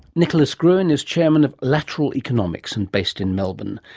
nicholas gruen is chairman of lateral economics and based in melbourne.